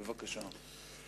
בבקשה.